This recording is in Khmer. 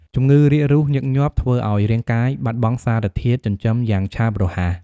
ជំងឺរាគរូសញឹកញាប់ធ្វើឱ្យរាងកាយបាត់បង់សារធាតុចិញ្ចឹមយ៉ាងឆាប់រហ័ស។